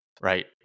Right